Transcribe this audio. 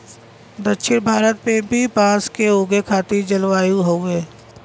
दक्षिण भारत में भी बांस के उगे खातिर जलवायु हउवे